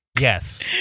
yes